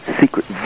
secret